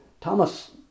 Thomas